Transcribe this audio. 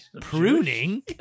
pruning